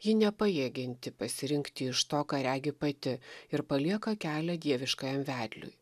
ji nepajėgianti pasirinkti iš to ką regi pati ir palieka kelią dieviškajam vedliui